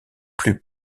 plus